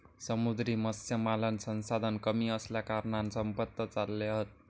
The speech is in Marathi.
समुद्री मत्स्यपालन संसाधन कमी असल्याकारणान संपत चालले हत